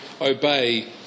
obey